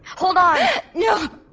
hold on no.